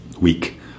week